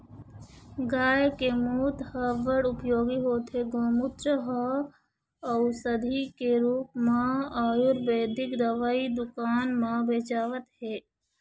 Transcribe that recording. गाय के मूत ह बड़ उपयोगी होथे, गोमूत्र ह अउसधी के रुप म आयुरबेदिक दवई दुकान म बेचावत हे